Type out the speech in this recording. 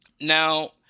Now